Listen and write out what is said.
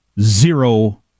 zero